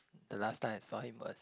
the last time I saw him was